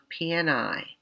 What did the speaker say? PNI